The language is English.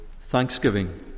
thanksgiving